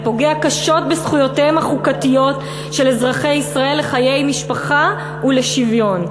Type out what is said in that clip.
"פוגע קשות בזכויותיהם החוקתיות של אזרחי ישראל לחיי משפחה ולשוויון",